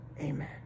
Amen